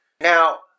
Now